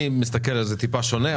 אני מסתכל על זה באופן טיפה שונה,